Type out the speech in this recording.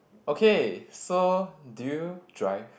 okay so do you drive